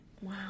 Wow